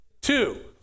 Two